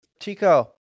Chico